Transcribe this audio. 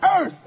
Earth